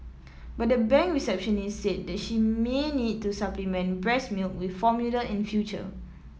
but the bank receptionist said she may need to supplement breast milk with formula in future